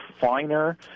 finer